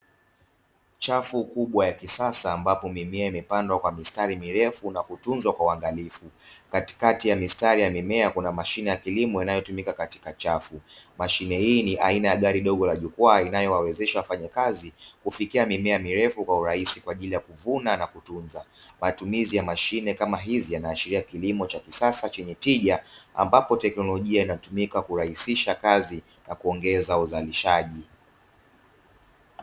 Chafu kubwa ya kisasa ambapo mimea imepandwa kwa mistari mirefu na kutunzwa kwa uangalifu katikati ya mistari ya mimea, kuna mashine ya kilimo inayotumika katika chafu. Mashine hii ni aina ya gari dogo la jukwaa inayowawezesha wafanyakazi kufikia mimea mirefu kwa urahisi kwa ajili ya kuvuna na kutunza. Matumizi ya mashine kama hizi yanaashiria kilimo cha kisasa chenye tija ambapo teknolojia inatumika kurahisisha kazi na kuongeza uzalishaji.